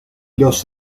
los